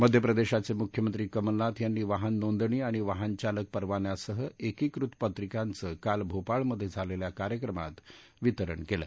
मध्य प्रदेशाचे मुख्यमंत्री कमलनाथ यांनी वाहन नोंदणी आणि वाहनचालक परवान्यासह एकीकृत पत्रिकांचं काल भोपाळमध्ये झालेल्या कार्यक्रमात वितरण केलं